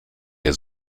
der